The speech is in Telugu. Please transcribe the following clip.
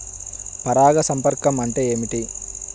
పరాగ సంపర్కం అంటే ఏమిటి?